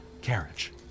carriage